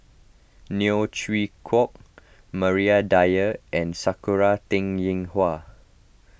Neo Chwee Kok Maria Dyer and Sakura Teng Ying Hua